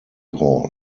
hall